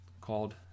called